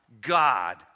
God